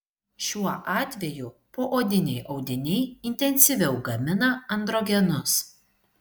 šiuo atveju poodiniai audiniai intensyviau gamina androgenus